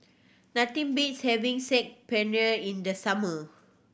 nothing beats having Saag Paneer in the summer